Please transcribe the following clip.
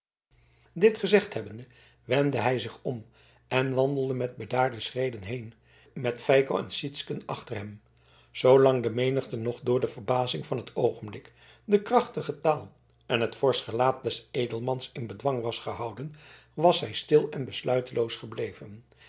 dit gezegd hebbende wendde hij zich om en wandelde met bedaarde schreden heen met feiko en sytsken achter hem zoolang de menigte nog door de verbazing van het oogenblik de krachtige taal en het forsch gelaat des edelmans in bedwang was gehouden was zij stil en besluiteloos gebleven